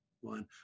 one